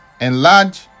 enlarge